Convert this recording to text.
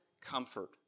comfort